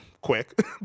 quick